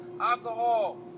alcohol